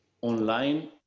online